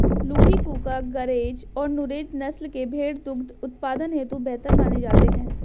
लूही, कूका, गरेज और नुरेज नस्ल के भेंड़ दुग्ध उत्पादन हेतु बेहतर माने जाते हैं